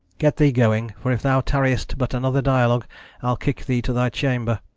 get thee going. for if thou tarriest but another dialogue i'll kick thee to thy chamber.